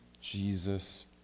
Jesus